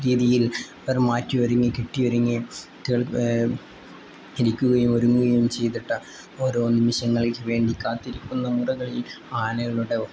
രീതിയിൽ അവർ മാറ്റി ഒരുങ്ങിക്കിട്ടി ഒരുങ്ങി ഇരിക്കുകയും ഒരുങ്ങുകയും ചെയ്തിട്ട ഓരോ നിമിഷങ്ങൾക്ക് വേണ്ടി കാത്തിരിക്കുന്ന മുറകളിൽ ആനകളുടെ